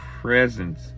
presence